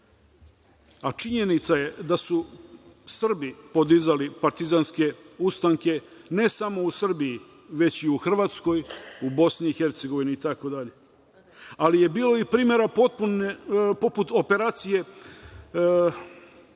okupatora. Činjenica je da su Srbi podizali partizanske ustanke, ne samo u Srbiji već i u Hrvatskoj, u Bosni i Hercegovini i tako dalje. Bilo je i primera poput operacije